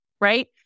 right